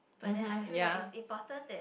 but then I feel like it's important that